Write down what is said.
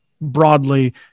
broadly